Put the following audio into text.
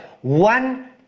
one